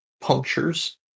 punctures